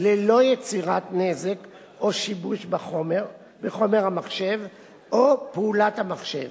ללא יצירת נזק או שיבוש בחומר המחשב או בפעולת המחשב.